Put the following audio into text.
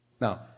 Now